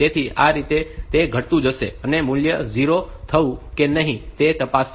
તેથી આ રીતે તે ઘટતું જશે અને મૂલ્ય 0 થયું છે કે નહીં તે તપાસશે